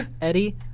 Eddie